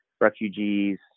refugees